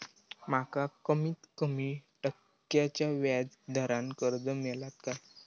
माका कमीत कमी टक्क्याच्या व्याज दरान कर्ज मेलात काय?